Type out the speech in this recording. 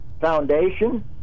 foundation